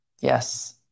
Yes